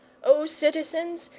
o citizens,